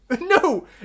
no